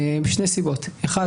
וזאת משתי סיבות: האחת,